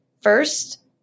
first